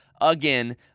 again